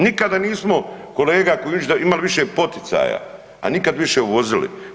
Nikada nismo kolega Kujundžić imali više poticaja a nikad više uvozili.